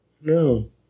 No